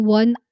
one